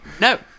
No